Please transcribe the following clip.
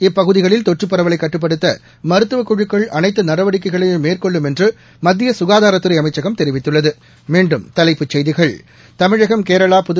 இப்பகுதிகளில் தொற்று பரவலை கட்டுப்படுத்த மருத்துவ குழுக்கள் அனைத்து நடவடிக்கைகளையும் மேற்கொள்ளும் என்று மத்திய ககாதாரத்துறை அமைச்சகம் தெிவித்துள்ளது